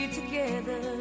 together